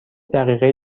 دقیقه